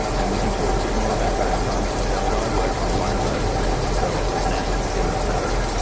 and we can talk a bit more about those types of cells. i work on one of those groups of cells called natural killer cells.